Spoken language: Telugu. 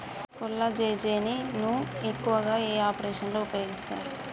కొల్లాజెజేని ను ఎక్కువగా ఏ ఆపరేషన్లలో ఉపయోగిస్తారు?